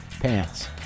Pants